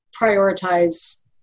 prioritize